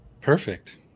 perfect